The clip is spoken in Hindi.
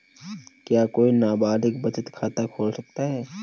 क्या कोई नाबालिग बचत खाता खोल सकता है?